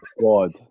god